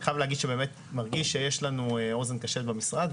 אני חייב להגיד שבאמת אני מרגיש שיש לנו אוזן קשבת במשרד,